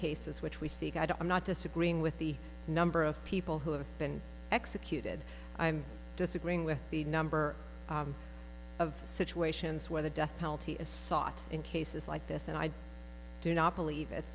cases which we seek i'm not disagreeing with the number of people who have been executed i'm disagreeing with the number of situations where the death penalty is sought in cases like this and i do not believe it